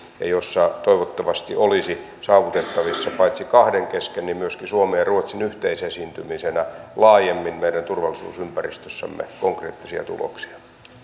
ja jossa toivottavasti olisi saavutettavissa paitsi kahden kesken myöskin suomen ja ruotsin yhteisesiintymisenä laajemmin meidän turvallisuusympäristössämme konkreettisia tuloksia